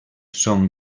són